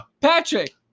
Patrick